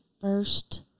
first